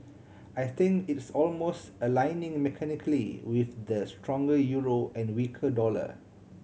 I think it's almost aligning mechanically with the stronger euro and weaker dollar